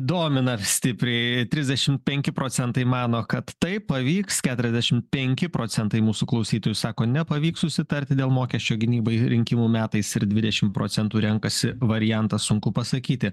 domina stipriai trisdešimt penki procentai mano kad taip pavyks keturiasdešimt penki procentai mūsų klausytojų sako nepavyks susitarti dėl mokesčio gynybai rinkimų metais ir dvidešimt procentų renkasi variantą sunku pasakyti